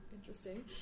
interesting